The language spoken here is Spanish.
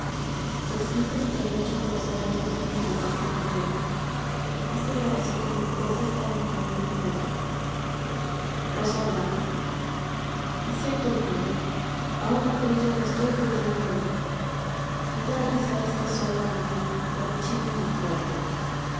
me siento bien ahora brilla un estoico hielo en mí me da risa esta soga rubí que rechina en mi cuerpo